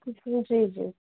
जी जी